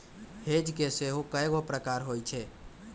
hedge के सेहो कएगो प्रकार होइ छै